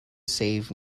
save